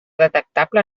detectable